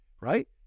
right